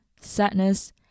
sadness